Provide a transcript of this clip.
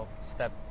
step